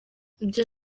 ibyo